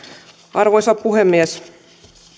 arvoisa puhemies